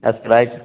esprit